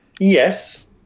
Yes